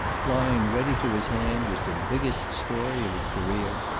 lying ready to his hand was the biggest story of his career,